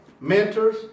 mentors